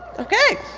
okay,